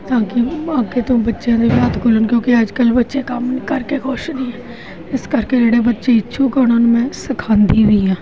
ਤਾਂ ਕਿ ਅੱਗੇ ਤੋਂ ਬੱਚਿਆਂ ਦੇ ਭਾਤ ਖੁੱਲ੍ਹਣ ਕਿਉਂਕਿ ਅੱਜ ਕੱਲ੍ਹ ਬੱਚੇ ਕੰਮ ਨੂੰ ਕਰਕੇ ਖੁਸ਼ ਨਹੀਂ ਇਸ ਕਰਕੇ ਜਿਹੜੇ ਬੱਚੇ ਇੱਛੁਕ ਉਹਨਾਂ ਨੂੰ ਮੈਂ ਸਿਖਾਉਂਦੀ ਵੀ ਹਾਂ